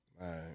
right